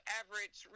average